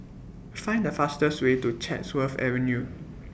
Find The fastest Way to Chatsworth Avenue